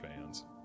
fans